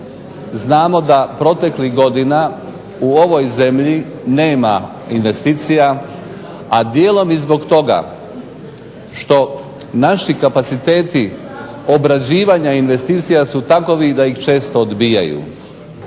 Znamo da proteklih godina u ovoj zemlji nema investicija, a dijelom i zbog toga što naši kapaciteti obrađivanja investicija su takovi da ih često odbijaju.